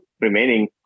remaining